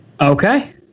Okay